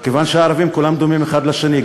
כיוון שהערבים כולם דומים האחד לשני,